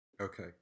Okay